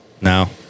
no